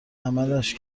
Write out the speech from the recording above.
عملش